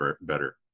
better